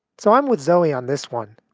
so i'm with zoe on this one.